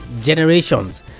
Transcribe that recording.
generations